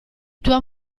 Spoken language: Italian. tua